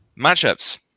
matchups